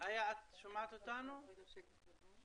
ועל-יסודיים - 38 בתי ספר דרוזיים,